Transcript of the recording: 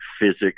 physics